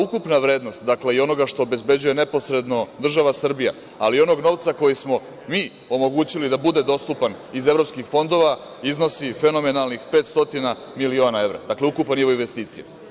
Ukupna vrednost i onoga što obezbeđuje neposredno država Srbija, ali i onog novca koji smo mi omogućili da bude dostupan iz evropskih fondova iznosi fenomenalnih 500 miliona evra, dakle ukupan nivo investicija.